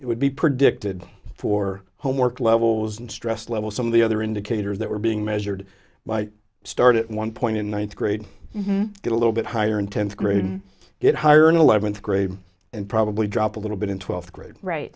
it would be predicted for homework levels and stress level some of the other indicators that were being measured might start at one point in one thread get a little bit higher in tenth grade and get higher in eleventh grade and probably drop a little bit in twelfth grade right